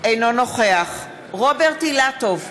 אינו נוכח רוברט אילטוב,